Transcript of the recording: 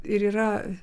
ir yra